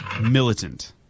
militant